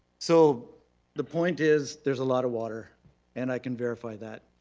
so the point is there's a lot of water and i can verify that.